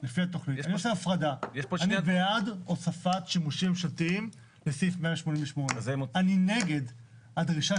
אני בעד הוספת שימושים ממשלתיים לסעיף 188. אני נגד הדרישה